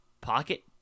pocket